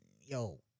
yo